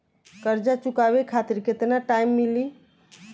कर्जा चुकावे खातिर केतना टाइम मिली?